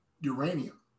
Uranium